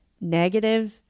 negative